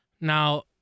Now